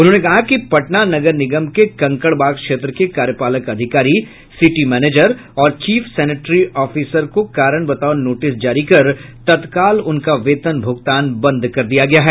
उन्होंने कहा कि पटना नगर निगम के कंकड़बाग क्षेत्र के कार्यपालक अधिकारी सिटी मैनेजर और चीफ सेनेटरी ऑफिसर को कारण बताओ नोटिस जारी कर तत्काल उनका वेतन भूगतान बंद कर दिया गया है